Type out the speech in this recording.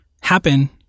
happen